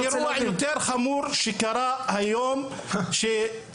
אני אביא לך אירוע יותר חמור שקרה היום, שבקבינט